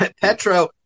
Petro